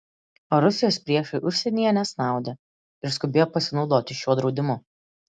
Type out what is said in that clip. o rusijos priešai užsienyje nesnaudė ir skubėjo pasinaudoti šiuo draudimu